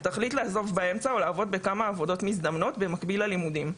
ותחליט לעזוב באמצע או לעבוד בכמה עבודות מזדמנות במקביל ללימודים.